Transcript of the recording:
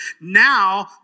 now